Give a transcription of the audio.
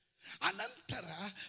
Anantara